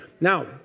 Now